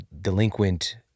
delinquent